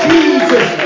Jesus